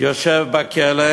יושב בכלא,